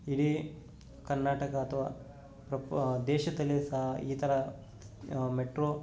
ಇಡೀ ಕರ್ನಾಟಕ ಅಥವಾ ದೇಶದಲ್ಲಿಯೂ ಸಹ ಈ ಥರ ಮೆಟ್ರೋ